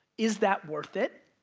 is that worth it?